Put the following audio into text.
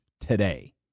today